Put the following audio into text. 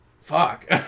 Fuck